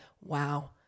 wow